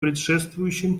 предшествующим